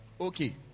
Okay